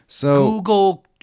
Google